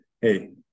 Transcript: Hey